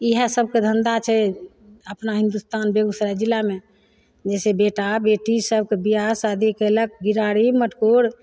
इएह सबके धन्धा छै अपना हिन्दुस्तानके बेगुसराय जिलामे जैसे बेटा बेटी सबके बियाह शादी कयलक घीढारी मटकोर